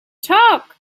talk